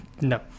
no